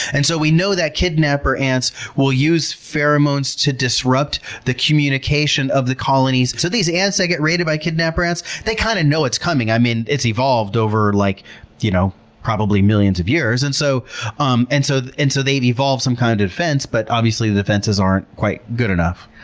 and so we know that kidnapper ants will use pheromones to disrupt the communication of the colonies. so these ants that get raided by kidnapper ants, they kind of know it's coming. i mean, it's evolved over like you know probably millions of years. and so um and so and so they've evolved some kind of defense, but obviously the defenses aren't quite good enough.